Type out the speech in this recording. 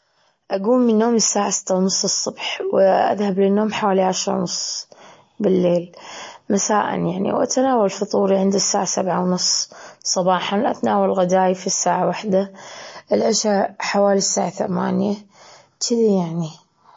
أجوم من نومي الساعة ستة ونص الصبح، وأذهب للنوم حوالي عشرة ونص بالليل مساءً يعني وأتناول فطوري عند الساعة سبعة ونص صباحًا، أتناول غداي في الساعة واحدة. العشاء حوالي الساعة ثمانية شذي يعني.